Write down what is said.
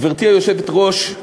גברתי היושבת-ראש,